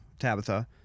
Tabitha